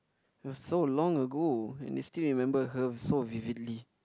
it was so long ago and they still remember her so vividly